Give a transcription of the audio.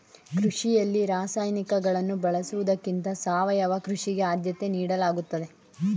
ಕೃಷಿಯಲ್ಲಿ ರಾಸಾಯನಿಕಗಳನ್ನು ಬಳಸುವುದಕ್ಕಿಂತ ಸಾವಯವ ಕೃಷಿಗೆ ಆದ್ಯತೆ ನೀಡಲಾಗುತ್ತದೆ